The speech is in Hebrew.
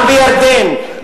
גם בירדן,